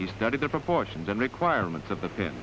he studied the proportions and requirements of